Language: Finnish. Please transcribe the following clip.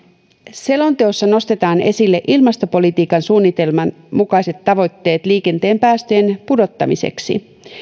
selonteossa nostetaan esille ilmastopolitiikan suunnitelman mukaiset tavoitteet liikenteen päästöjen pudottamiseksi